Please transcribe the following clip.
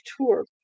tour